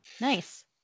Nice